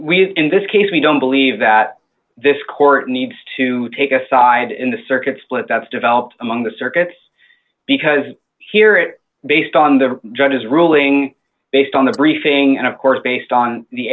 have in this case we don't believe that this court needs to take a side in the circuit split that's developed among the circuits because here it based on the judge's ruling based on the briefing and of course based on the